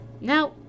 Now